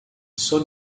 sou